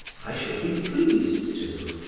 i shall be pleased to,